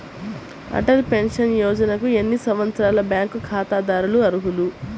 Atal pension యోజనకు ఎన్ని సంవత్సరాల బ్యాంక్ ఖాతాదారులు అర్హులు?